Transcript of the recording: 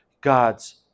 God's